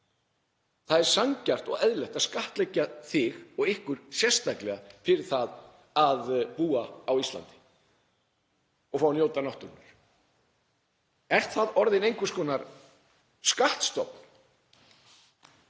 Það er sanngjarnt og eðlilegt að skattleggja þig og ykkur sérstaklega fyrir það að búa á Íslandi og fá að njóta náttúrunnar. Er það orðið einhvers konar skattstofn?